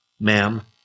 ma'am